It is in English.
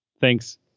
Thanks